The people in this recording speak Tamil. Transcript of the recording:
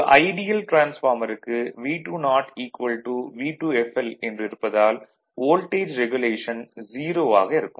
ஒரு ஐடியல் டிரான்ஸ்பார்மருக்கு V20 V2fl என்று இருப்பதால் வோல்டேஜ் ரெகுலேஷன் 0 ஆக இருக்கும்